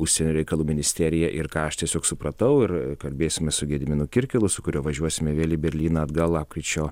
užsienio reikalų ministeriją ir ką aš tiesiog supratau ir kalbėsime su gediminu kirkilu su kuriuo važiuosime vėl į berlyną atgal lapkričio